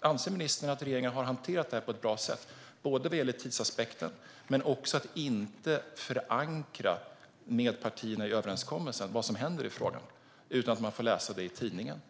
Anser ministern att regeringen har hanterat detta på ett bra sätt? Jag tänker på tidsaspekten men också på att man inte förankrar hos partierna i överenskommelsen det som händer i frågan, utan det får de läsa i tidningen.